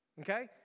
okay